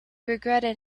regretted